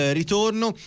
ritorno